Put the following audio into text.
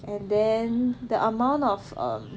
and then the amount of um